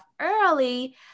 early